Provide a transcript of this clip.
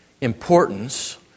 importance